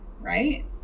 right